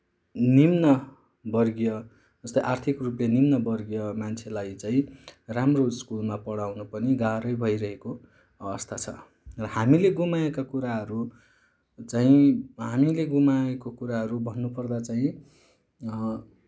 निम्नवर्गीय जस्तै आर्थिक रूपले निम्नवर्गीय मान्छेलाई चाहिँ राम्रो स्कुलमा पढाउन पनि गाह्रै भइरहेको अवस्था छ र हामीले गुमाएका कुराहरू चाहिँ हामीले गुमाएको कुराहरू भन्नुपर्दा चाहिँ